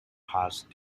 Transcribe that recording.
passed